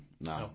No